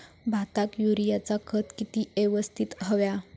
भाताक युरियाचा खत किती यवस्तित हव्या?